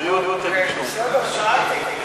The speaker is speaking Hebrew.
אוקיי, בסדר, שאלתי.